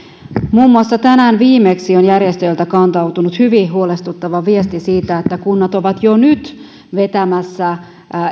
muun muassa tänään viimeksi on järjestöiltä kantautunut hyvin huolestuttava viesti siitä että kunnat ovat jo nyt vetämässä